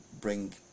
bring